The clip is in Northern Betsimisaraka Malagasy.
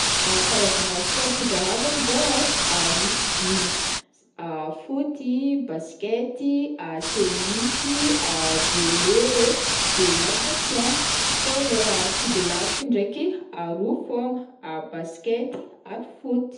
karazagna sports fizahavako zao ai, misy dimy: foot ii, basket ii, tennis ii, volley e, de natation, fao leha fidolaviky ndraiky ii aroa fogna: basket ii ary foot.